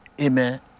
Amen